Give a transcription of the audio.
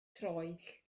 troell